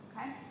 okay